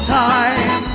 time